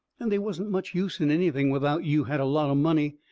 and they wasn't much use in anything, without you had a lot o' money.